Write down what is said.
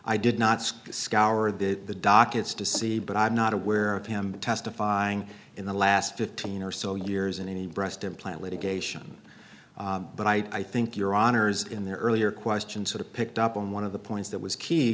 i did not see scour the the dockets to see but i'm not aware of him testifying in the last fifteen or so years in any breast implant litigation but i think your honors in the earlier question sort of picked up on one of the points that was key